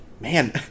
man